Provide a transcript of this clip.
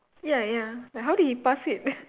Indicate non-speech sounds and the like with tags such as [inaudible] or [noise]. ya ya like how did he pass it [laughs]